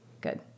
Good